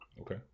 Okay